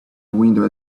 window